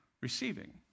receiving